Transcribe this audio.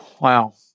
Wow